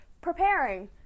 preparing